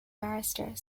barrister